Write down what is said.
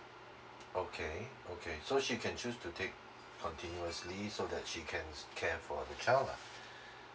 okay okay so she can choose to take continuously so that she can care for the child lah